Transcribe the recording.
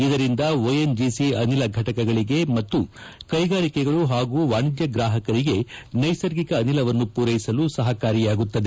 ಇದರಿಂದ ಓಎನ್ಜಿಸಿ ಅನಿಲ ಫೆಟಕಗಳಿಗೆ ಮತ್ತು ಕೈಗಾರಿಕೆಗಳು ಹಾಗೂ ವಾಣಿಜ್ಯ ಗ್ರಾಹಕರಿಗೆ ನೈಸರ್ಗಿಕ ಅನಿಲವನ್ನು ಪೂರ್ವೆಸಲು ಸಹಕಾರಿಯಾಗುತ್ತದೆ